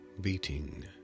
beating